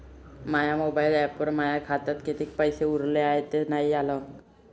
माया mobile ॲपवर माया खात्यात किती पैसे उरले हाय हे नाही आलं